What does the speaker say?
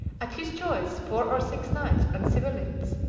at his choice, four or six knights and civilians,